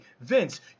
Vince